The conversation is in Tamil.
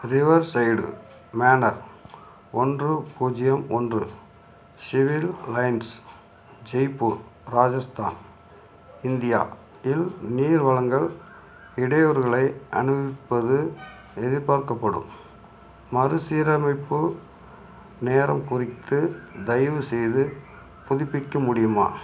ரிவர்சைடு மேனர் ஒன்று பூஜ்யம் ஒன்று civil lines Jaipur Rajasthan India இல் நீர் வழங்கல் இடையூறுகளை அனுவிப்பது எதிர்பார்க்கப்படும் மறுசீரமைப்பு நேரம் குறித்து தயவுசெய்து புதுப்பிக்க முடியுமா